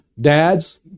Dads